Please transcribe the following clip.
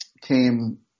came